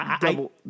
Double